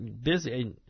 busy